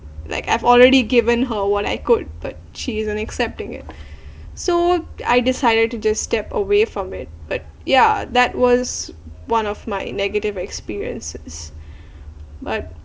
like I've already given her what I could but she isn't accepting it so I decided to just step away from it but yeah that was one of my negative experiences but